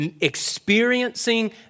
experiencing